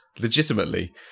legitimately